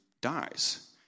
dies